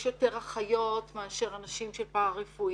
יש יותר אחיות מאשר אנשים של פארא-רפואי,